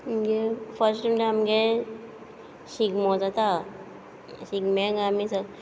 आमगे फश्ट म्हळ्यार आमगे शिगमो जाता शिगम्यांक आमी स